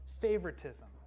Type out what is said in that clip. favoritism